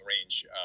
range